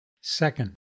Second